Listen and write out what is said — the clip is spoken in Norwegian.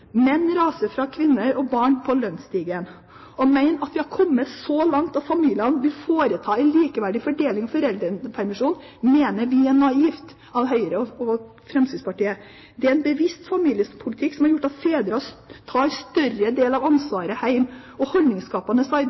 Menn raser fra kvinner på lønnsstigen. Å tro at vi har kommet så langt at familien vil foreta en likeverdig fordeling av foreldrepremisjonen, mener vi er naivt av Høyre og Fremskrittspartiet. Det er en bevisst familiepolitikk som har gjort at fedrene tar en større del av ansvaret hjemme, og holdningsskapende arbeid